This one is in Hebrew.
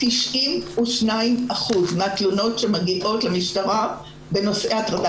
92% מהתלונות שמגיעות למשטרה בנושא הטרדה